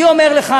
אני אומר לך,